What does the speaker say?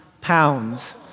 pounds